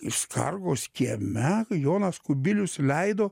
iš skargos kieme jonas kubilius leido